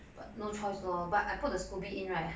but no choice lor but I put the scoby in right